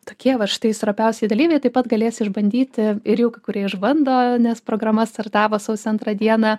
tokie va štai stropiausieji dalyviai taip pat galės išbandyti ir jau kurie išbando nes programa startavo sausio antrą dieną